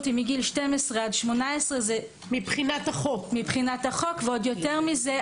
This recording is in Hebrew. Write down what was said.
היא 12 עד 18 מבחינת החוק ויותר מכך,